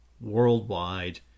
worldwide